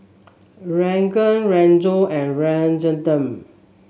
Ranga Rajat and Rajaratnam